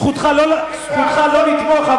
זכותך לא לתמוך,